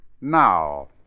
Now